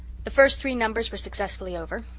the first three numbers were successfully over.